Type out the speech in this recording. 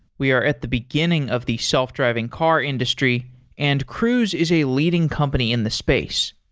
we are at the beginning of the self-driving car industry and cruise is a leading company in the space.